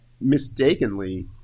mistakenly